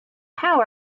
how